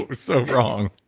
so wrong